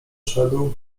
szedł